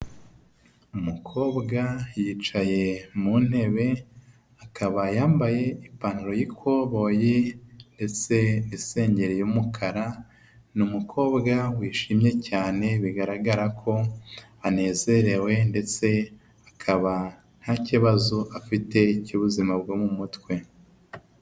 Umukobwa yicaye mu ntebe akaba yambaye ipantaro y'ikoboyi ndetse n'isengeri y'umukara, ni umukobwa wishimye cyane bigaragara ko anezerewe ndetse akaba ntakibazo afite cy'ubuzima bwo mu mutwe.